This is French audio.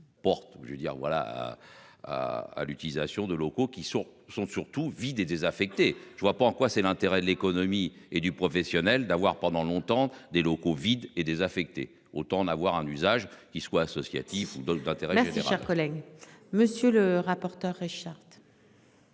À à l'utilisation de locaux qui sont sont surtout vides et désaffectés. Je ne vois pas en quoi c'est l'intérêt de l'économie et du professionnel d'avoir pendant longtemps des locaux vides et désaffectés, autant en avoir un usage qu'ils soient associatifs ou d'autres intérêt c'est sûr. Collègue monsieur le rapporteur. Richard.